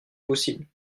possible